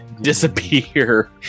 disappear